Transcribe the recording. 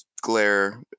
glare